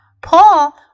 Paul